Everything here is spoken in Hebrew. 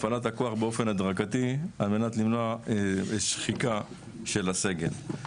הפעלת הכוח באופן הדרגתי על מנת למנוע שחיקה של הסגל.